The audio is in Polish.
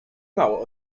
mało